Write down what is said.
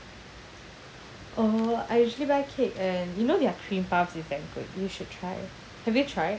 uh I usually buy cake and you know their cream puffs is damn good you should try have you tried